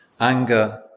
anger